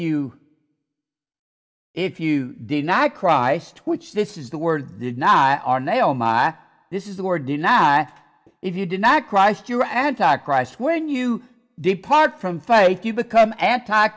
you if you did not cry which this is the word did not are nail my this is the word do not if you do not christ you are anti christ when you depart from faith you become anti